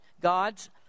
gods